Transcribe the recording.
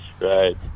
right